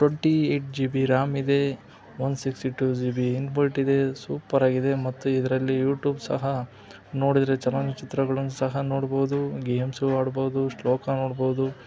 twenty eight G B RAM ಇದೆ one sixty two G B inbuilt ಇದೆ super ಆಗಿದೆ ಮತ್ತು ಇದರಲ್ಲಿ ಯೂಟ್ಯೂಬ್ ಸಹ ನೋಡಿದರೆ ಚಲನಚಿತ್ರಗಳನ್ನು ಸಹ ನೋಡ್ಬೋದು ಗೇಮ್ಸೂ ಆಡ್ಬೌದು ಶ್ಲೋಕ ನೋಡ್ಬೋದು